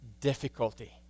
difficulty